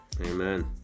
amen